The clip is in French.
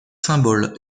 symbole